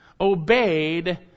obeyed